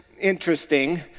interesting